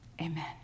Amen